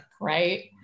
right